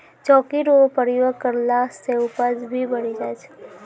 चौकी रो प्रयोग करला से उपज भी बढ़ी जाय छै